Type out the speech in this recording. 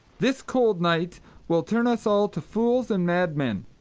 this cold night will turn us all to fools and madmen.